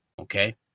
Okay